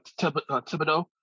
Thibodeau